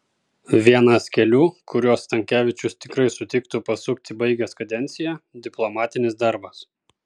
vienas kelių kuriuo stankevičius tikrai sutiktų pasukti baigęs kadenciją diplomatinis darbas